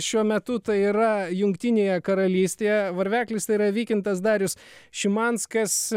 šiuo metu tai yra jungtinėje karalystėje varveklis tai yra vykintas darius šimanskas